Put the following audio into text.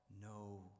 no